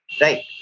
Right